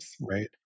right